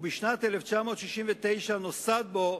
ובשנת 1969 נוסד בו,